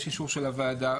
יש אישור של הוועדה.